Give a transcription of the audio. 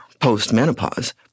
post-menopause